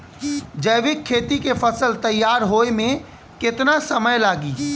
जैविक खेती के फसल तैयार होए मे केतना समय लागी?